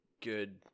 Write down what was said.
good